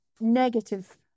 negative